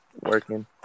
Working